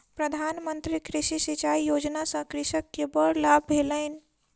प्रधान मंत्री कृषि सिचाई योजना सॅ कृषक के बड़ लाभ भेलैन